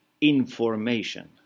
information